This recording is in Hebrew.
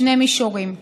בשני מישורים: